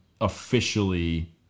officially